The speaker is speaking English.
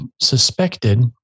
suspected